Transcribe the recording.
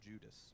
Judas